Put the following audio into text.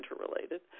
interrelated